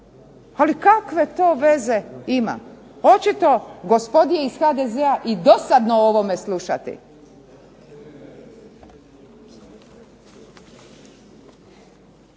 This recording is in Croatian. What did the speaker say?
Ali kakve to veze ima? Očito gospodi iz HDZ-a i dosadno o ovome slušati.